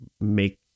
make